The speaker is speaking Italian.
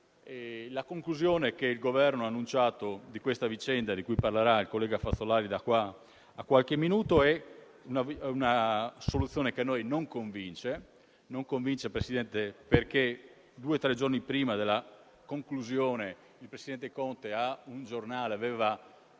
La conclusione che il Governo ha annunciato su questa vicenda, di cui parlerà il collega Fazzolari fra qualche minuto, è una soluzione che non ci convince. Presidente, circa tre giorni, prima della conclusione, il *premier* Conte su